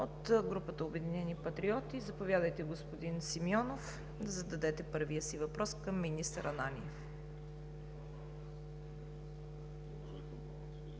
От групата на „Обединени патриоти“ – заповядайте, господин Симеонов, да зададете първия си въпрос към министър Ананиев.